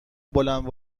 بلند